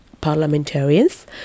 parliamentarians